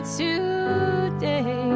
today